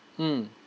mm